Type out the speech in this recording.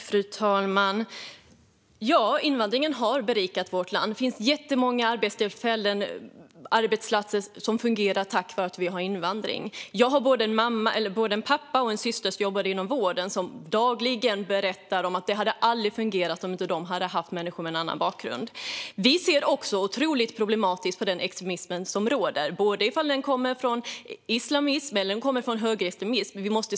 Fru talman! Ja, invandringen har berikat vårt land. Det är jättemånga arbetsplatser som fungerar tack vare att vi har invandring. Jag har en pappa och en syster som jobbar inom vården och som dagligen berättar att det aldrig hade fungerat där om man inte hade haft människor med annan bakgrund. Vi ser också att det är otroligt problematiskt med den extremism som råder, antingen det handlar om islamism eller om högerextremism.